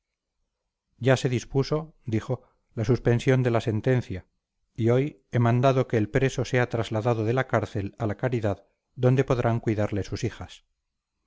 ya se dispuso dijo la suspensión de la sentencia y hoy he mandado que el preso sea trasladado de la cárcel a la caridad donde podrán cuidarle sus hijas